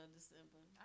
December